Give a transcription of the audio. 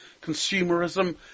consumerism